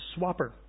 swapper